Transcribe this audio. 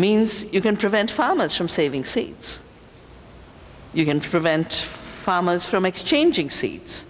means you can prevent farmers from saving sea you can prevent farmers from exchanging seeds